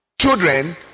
children